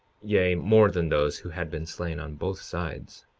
yea, more than those who had been slain on both sides.